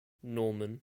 norman